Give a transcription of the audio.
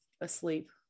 asleep